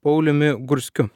pauliumi gurskiu